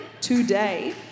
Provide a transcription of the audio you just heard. today